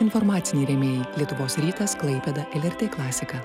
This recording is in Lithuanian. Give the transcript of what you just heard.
informaciniai rėmėjai lietuvos rytas klaipėda lrt klasika